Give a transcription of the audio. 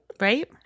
Right